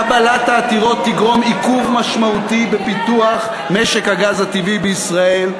קבלת העתירות תגרום עיכוב משמעותי בפיתוח משק הגז הטבעי במדינת ישראל,